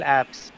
apps